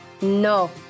No